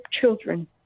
children